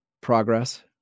progress